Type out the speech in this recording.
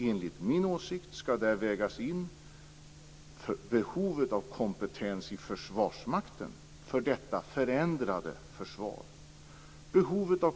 Enligt min åsikt skall där vägas in behovet av kompetens i Försvarsmakten för detta förändrade försvar.